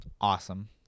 awesome